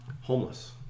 Homeless